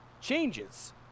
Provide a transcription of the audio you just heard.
changes